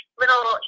little